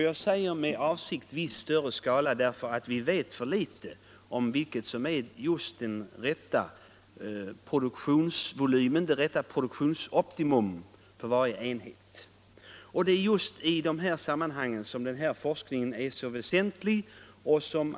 Jag säger med avsikt ”i viss större skala”, därför att vi vet för litet om vad som är produktionsoptimum för varje enhet. Det är just i detta sammanhang som denna forskning är så väsentlig.